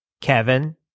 Kevin